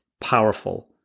powerful